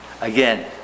Again